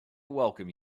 welcome